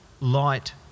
light